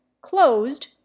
closed